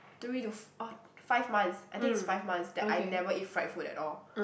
three to f~ uh five months I think it's five months that I never eat fried food at all